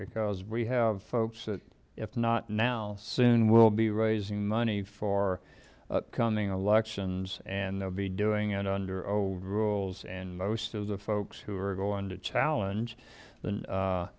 because we have folks that if not now soon will be raising money for upcoming elections and they'll be doing it under old rules and most of the folks who are going to challenge